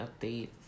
updates